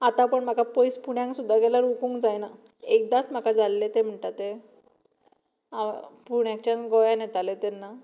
आतां पूण म्हाका पयस पुण्याक सुद्दां गेल्यार ओकूंक जायना एकदांच म्हाका जाल्लें तें म्हणटा तें हांव पुण्याच्यान गोंयान येतालें तेन्ना